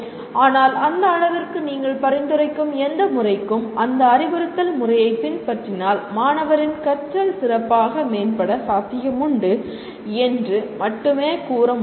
ஆனால் அந்த அளவிற்கு நீங்கள் பரிந்துரைக்கும் எந்த முறைகளும் அந்த அறிவுறுத்தல் முறையைப் பின்பற்றினால் மாணவரின் கற்றல் சிறப்பாக மேம்பட சாத்தியமுண்டு என்று மட்டுமே கூற முடியும்